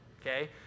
okay